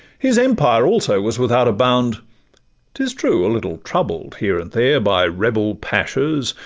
his empire also was without a bound t is true, a little troubled here and there, by rebel pachas,